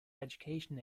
education